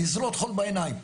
לזרות חול בעיניים.